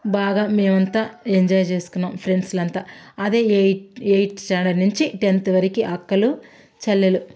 బాగా మేమంతా ఎంజాయ్ చేసుకున్నాం ఫ్రెండ్స్లంతా అదే ఎయిత్ ఎయిత్ స్టాండర్డ్ నుంచి టెన్త్ వరకి అక్కడి నుంచి చెల్లెలు